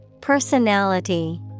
Personality